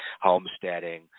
homesteading